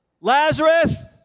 Lazarus